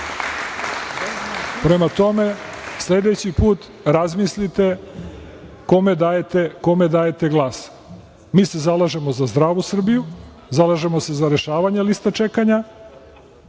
li? Prema tome, sledeći put razmislite kome dajete glas. Mi se zalažemo za zdravu Srbiju, zalažemo se za rešavanje liste čekanja